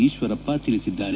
ಈಶ್ವರಪ್ಪ ತಿಳಿಸಿದ್ದಾರೆ